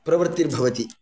प्रवृत्तिर्भवति